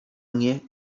mnie